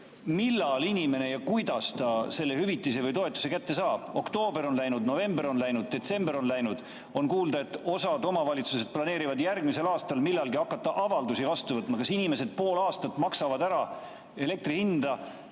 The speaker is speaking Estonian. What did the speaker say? millal ja kuidas inimene selle hüvitise või toetuse kätte saab? Oktoober on läinud, november on läinud, detsember on läinud, on kuulda, et osa omavalitsusi planeerib järgmisel aastal millalgi hakata avaldusi vastu võtma. Kas inimesed maksavad pool aastat elektriarvet